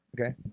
Okay